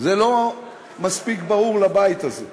זה לא מספיק ברור לבית הזה.